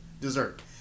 dessert